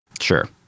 Sure